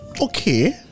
Okay